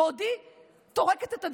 בעודי טורקת את הדלת,